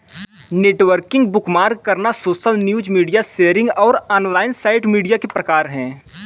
networking, bookmark करना, social news, media sharing और online site media के प्रकार हैं